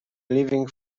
leaving